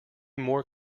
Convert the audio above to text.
more